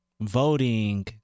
voting